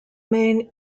main